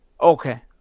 Okay